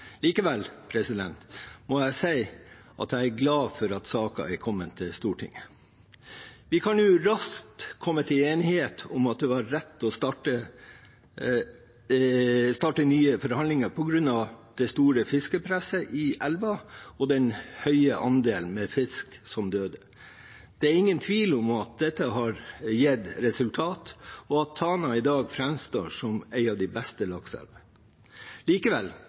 Likevel er jeg glad for at saken har kommet til Stortinget. Vi kan raskt komme til enighet om at det var rett å starte nye forhandlinger på grunn av det store fiskepresset i elva og den høye andelen fisk som døde. Det er ingen tvil om at dette har gitt resultater, og at Tanaelva i dag framstår som en av de beste lakseelvene. Likevel